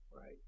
right